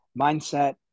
mindset